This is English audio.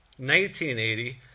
1980